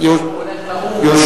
עכשיו